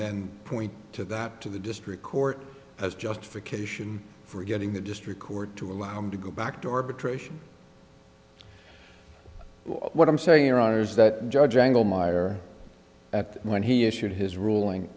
then point to that to the district court as justification for getting the district court to allow him to go back to arbitration what i'm saying are ours that judge angle meyer at when he issued his ruling